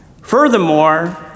Furthermore